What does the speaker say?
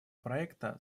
проекта